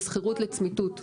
ושכירות לצמיתות,